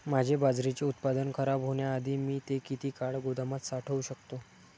माझे बाजरीचे उत्पादन खराब होण्याआधी मी ते किती काळ गोदामात साठवू शकतो?